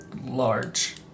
large